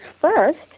first